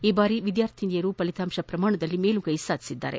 ಈ ಬಾರಿ ವಿದ್ಯಾರ್ಥಿನಿಯರು ಫಲಿತಾಂಶ ಪ್ರಮಾಣದಲ್ಲಿ ಮೇಲುಗೈ ಸಾಧಿಸಿದ್ದಾರೆ